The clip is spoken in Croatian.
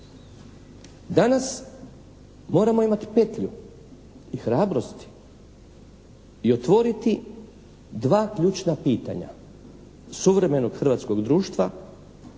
Danas moramo imati petlju i hrabrosti i otvoriti dva ključna pitanja, suvremenog hrvatskog društva